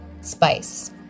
spice